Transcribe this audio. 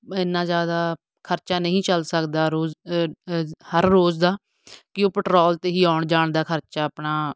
ਐਨਾ ਜ਼ਿਆਦਾ ਖਰਚਾ ਨਹੀਂ ਝੱਲ ਸਕਦਾ ਰੋਜ਼ ਹਰ ਰੋਜ਼ ਦਾ ਕਿ ਉਹ ਪੈਟਰੋਲ 'ਤੇ ਹੀ ਆਉਣ ਜਾਣ ਦਾ ਖਰਚਾ ਆਪਣਾ